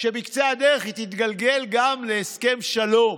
שבקצה הדרך היא תתגלגל גם להסכם שלום.